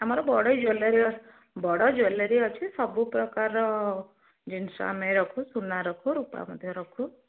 ଆମର ବଡ଼ ଜ୍ୱେଲେରୀ ବଡ଼ ଜ୍ୱେଲେରୀ ଅଛି ସବୁ ପ୍ରକାର ଜିନିଷ ଆମେ ରଖୁ ସୁନା ରଖୁ ରୂପା ମଧ୍ୟ ରଖୁ